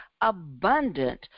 abundant